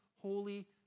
Holy